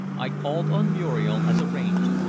i called on muriel as arranged,